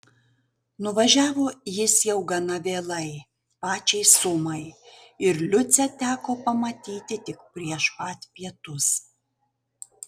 nuvažiavo jis jau gana vėlai pačiai sumai ir liucę teko pamatyti tik prieš pat pietus